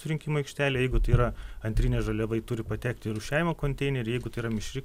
surinkimo aikštelė jeigu tai yra antrinė žaliava ji turi patekt į rūšiavimo konteinerį jeigu tai yra mišri